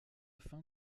fin